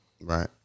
Right